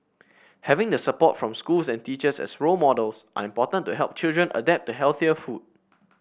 having the support from schools and teachers as role models are important to help children adapt to healthier food